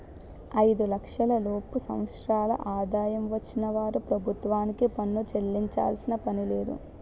ఐదు లక్షల లోపు సంవత్సరాల ఆదాయం వచ్చిన వారు ప్రభుత్వానికి పన్ను చెల్లించాల్సిన పనిలేదు